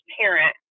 parent